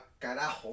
carajo